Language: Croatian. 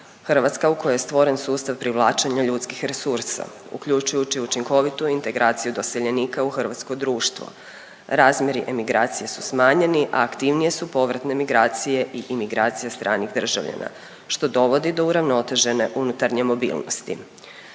Hrvatska u kojoj je stvoren sustav privlačenja ljudskih resursa uključujući učinkovitu integraciju doseljenika u hrvatsko društvo. Razmjeri emigracije su smanjeni, a aktivnije su povratne migracije i imigracije stranih državljana što dovodi do uravnotežene unutarnje mobilnosti.